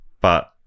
But-